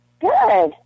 Good